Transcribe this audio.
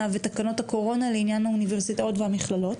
ותקנות הקורונה לעניין האוניברסיטאות והמכללות.